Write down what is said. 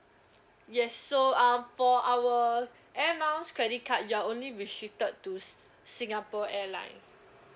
yes so uh for our air miles credit card you're only restricted to s~ singapore airline